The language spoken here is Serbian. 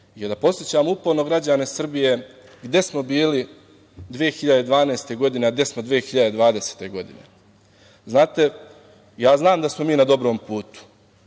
da podsećamo uporno građane Srbije gde smo bili 2012. godine, a gde smo 2020. godine. Znate, ja znam da smo mi na dobrom putu,